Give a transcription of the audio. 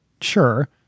sure